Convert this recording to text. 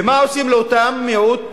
ומה עושים לאותו מיעוט,